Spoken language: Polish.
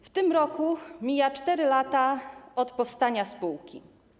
W tym roku mijają 4 lata od powstania spółki.